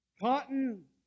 cotton